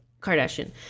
Kardashian